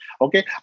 Okay